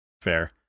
Fair